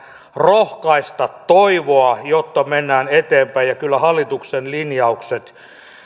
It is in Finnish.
rohkaista toivoa jotta mennään eteenpäin ja kyllä hallituksen linjaukset